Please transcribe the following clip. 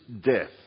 death